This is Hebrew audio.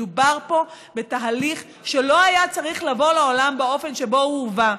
מדובר פה בתהליך שלא היה צריך לבוא לעולם באופן שבו הוא הובא.